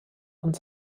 und